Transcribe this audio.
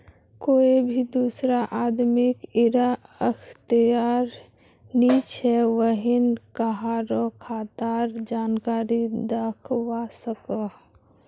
कोए भी दुसरा आदमीक इरा अख्तियार नी छे व्हेन कहारों खातार जानकारी दाखवा सकोह